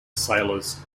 sailors